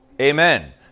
Amen